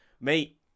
Mate